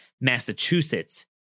Massachusetts